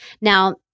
Now